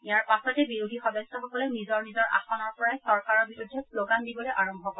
ইয়াৰ পাছতে বিৰোধী সদস্যসকলে নিজৰ নিজৰ আসনৰ পৰাই চৰকাৰৰ বিৰুদ্ধে শ্লোগান দিবলৈ আৰম্ভ কৰে